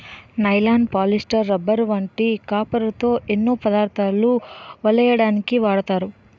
nylon, polyester, rubber వంటి కాపరుతో ఎన్నో పదార్ధాలు వలెయ్యడానికు వాడతారు